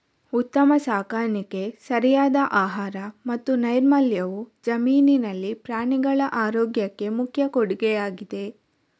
ಉತ್ತಮ ಸಾಕಾಣಿಕೆ, ಸರಿಯಾದ ಆಹಾರ ಮತ್ತು ನೈರ್ಮಲ್ಯವು ಜಮೀನಿನಲ್ಲಿ ಪ್ರಾಣಿಗಳ ಆರೋಗ್ಯಕ್ಕೆ ಮುಖ್ಯ ಕೊಡುಗೆಯಾಗಿದೆ